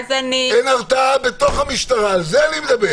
אין הרתעה בתוך המשטרה, על זה אני מדבר.